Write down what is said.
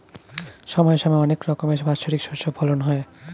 সময় সময় অনেক রকমের বাৎসরিক শস্য ফলন হয়